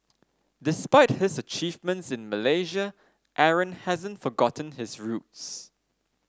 despite his achievements in Malaysia Aaron hasn't forgotten his roots